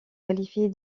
qualifiés